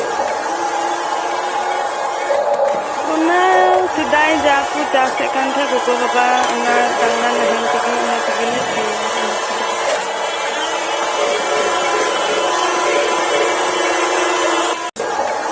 ᱚᱱᱟ ᱥᱮᱫᱟᱭ ᱡᱟ ᱠᱚ ᱪᱟᱥᱮᱫ ᱛᱟᱦᱮᱸ ᱜᱚᱜᱚ ᱵᱟᱵᱟ ᱚᱱᱟ ᱰᱟᱝᱨᱟ ᱱᱟᱦᱮᱞ ᱛᱮᱜᱮ ᱚᱱᱟ ᱛᱮᱜᱮ ᱞᱮ ᱥᱤᱭᱟ